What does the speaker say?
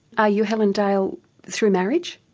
are you helen dale through marriage?